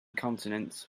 continents